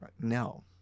no